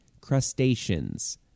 crustaceans